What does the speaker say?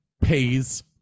pays